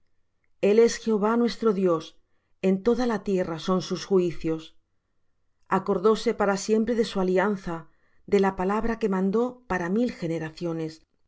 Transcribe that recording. el es jehová nuestro dios en toda la tierra son sus juicios acordóse para siempre de su alianza de la palabra que mandó para mil generaciones